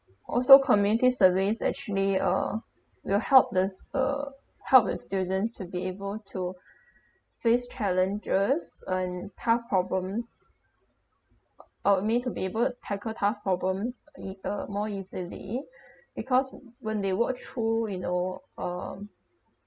also community service actually uh will help these uh help the students to be able to face challenges and tough problems or may to be able tackle tough problems li~ uh more easily because when they work through you know um